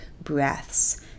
breaths